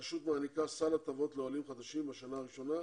הרשות מעניקה סל הטבות לעולים חדשים בשנה הראשונה,